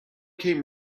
came